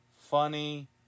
Funny